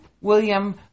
William